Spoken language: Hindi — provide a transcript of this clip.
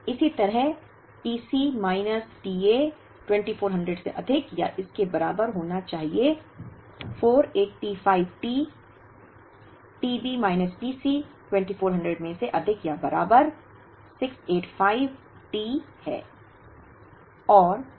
इसी तरह T C minus t A 2400 से अधिक या इसके बराबर होना चाहिए 485 T t B minus t C 2400 में से अधिक या बराबर 685 T है